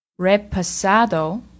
Repasado